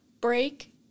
break